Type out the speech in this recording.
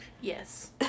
Yes